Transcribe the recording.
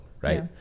right